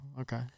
okay